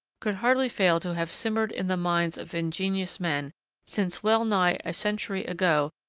could hardly fail to have simmered in the minds of ingenious men since, well nigh a century ago,